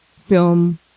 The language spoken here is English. film